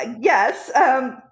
yes